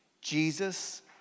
Jesus